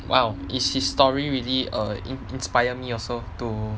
!wow! is his story really err inspired me also to